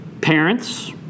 Parents